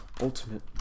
Ultimate